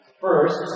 First